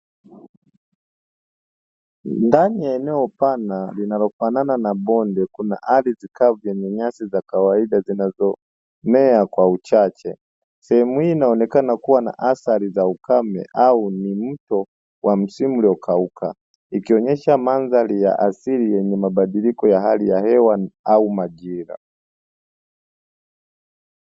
Ndani ya eneo pana linalofanana na bonde, kuna ardhi kavu yenye nyasi za kawaida zinazomea kwa uchache. Sehemu hii inaonekana kuwa na athari za ukame au ni mto wa msimu uliokauka, ikionyesha mandhari ya asili yenye mabadiliko ya hali ya hewa au majira